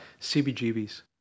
CBGBs